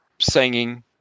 singing